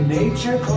Nature